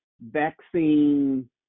vaccine